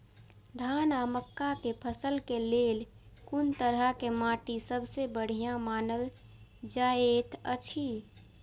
धान आ मक्का के फसल के लेल कुन तरह के माटी सबसे बढ़िया मानल जाऐत अछि?